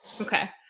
Okay